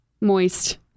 Moist